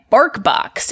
BarkBox